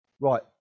right